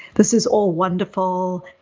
this is all wonderful.